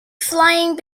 flying